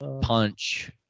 punch